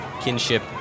kinship